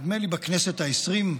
נדמה לי בכנסת העשרים,